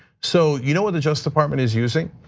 so you know what the justice department is using?